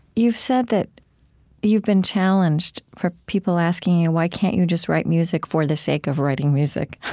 you've said that you've been challenged for people asking you, why can't you just write music for the sake of writing music?